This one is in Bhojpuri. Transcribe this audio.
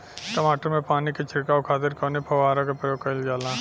टमाटर में पानी के छिड़काव खातिर कवने फव्वारा का प्रयोग कईल जाला?